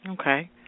okay